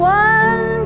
one